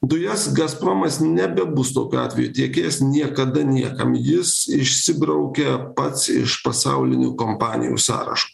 dujas gazpromas nebebus tokiu atveju tiekėjas niekada niekam jis išsibraukia pats iš pasaulinių kompanijų sąrašo